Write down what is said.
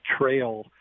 trail